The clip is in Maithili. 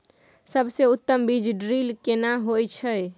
सबसे उत्तम बीज ड्रिल केना होए छै?